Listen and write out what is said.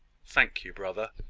thank you, brother!